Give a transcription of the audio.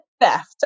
theft